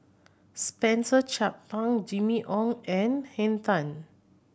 Spencer Chapman Ong Jimmy Ong and Henn Tan